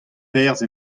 perzh